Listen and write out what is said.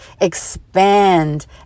expand